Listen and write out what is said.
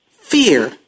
fear